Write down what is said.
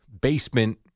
basement